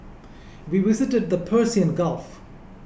we visited the Persian and Gulf